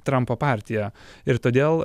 trampo partija ir todėl